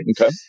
Okay